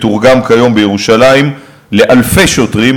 מתורגם כיום בירושלים לאלפי שוטרים,